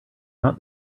not